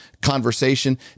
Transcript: conversation